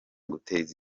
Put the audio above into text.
guteza